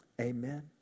Amen